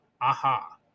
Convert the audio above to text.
Aha